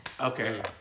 Okay